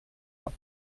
hat